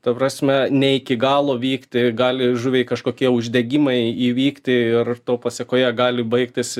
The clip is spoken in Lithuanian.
ta prasme ne iki galo vykti gali žuviai kažkokie uždegimai įvykti ir to pasekoje gali baigtis